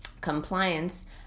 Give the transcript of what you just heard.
compliance